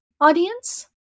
audience